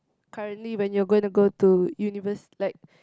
currently when you're going to go to univers~ like